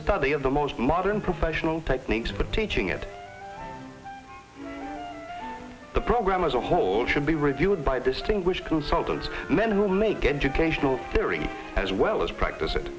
study of the most modern professional techniques for teaching it the program as a whole should be reviewed by distinguished consultants men who make educational theory as well as practice it